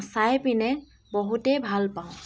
চাই পিনে বহুতেই ভাল পাওঁ